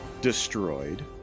destroyed